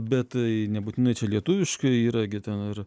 bet tai nebūtinai čia lietuviškai yra gi ten ir